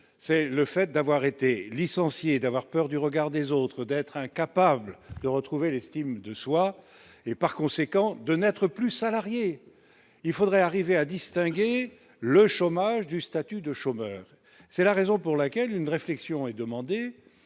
c'est le fait d'avoir été licencié d'avoir peur du regard des autres d'être incapables de retrouver l'estime de soi, et par conséquent de n'être plus salarié il faudrait arriver à distinguer le chômage du statut de chômeur, c'est la raison pour laquelle une réflexion est demandée